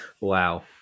wow